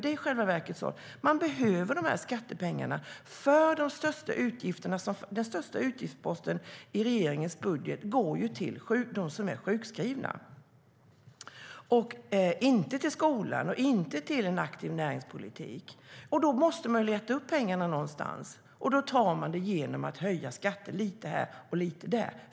I själva verket är det så att ni behöver skattepengarna till den största utgiftsposten i regeringens budget, sjukskrivningarna. Pengarna går inte till skola och en aktiv näringspolitik. Ni måste leta upp pengarna någonstans, och ni hittar dem genom att höja skatterna lite här och där.